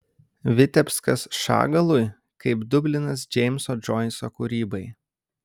vitebskas šagalui kaip dublinas džeimso džoiso kūrybai